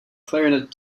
clarinet